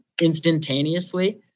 instantaneously